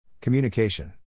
Communication